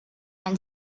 and